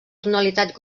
tonalitat